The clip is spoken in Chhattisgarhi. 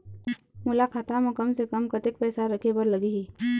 मोला खाता म कम से कम कतेक पैसा रखे बर लगही?